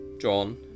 John